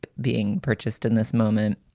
being purchased in this moment.